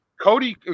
Cody